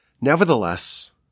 Nevertheless